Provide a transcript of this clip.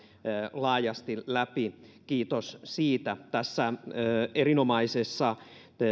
laajasti läpi kiitos siitä tässä erinomaisessa